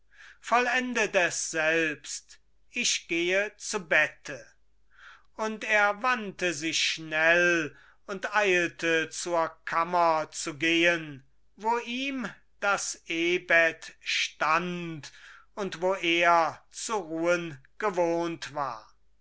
vollendet es selbst ich gehe zu bette und er wandte sich schnell und eilte zur kammer zu gehen wo ihm das ehbett stand und wo er zu ruhen gewohnt war